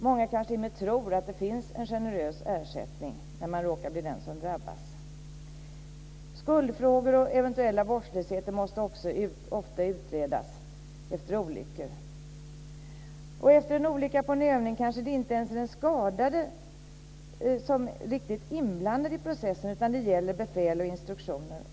Många kanske t.o.m. tror att det finns en generös ersättning när man råkar bli den som drabbas. Skuldfrågor och eventuell vårdslöshet måste också ofta utredas efter olyckor. Efter en olycka på en övning kanske den skadade inte ens är riktigt inblandad i processen, utan det gäller befäl och instruktioner.